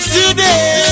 today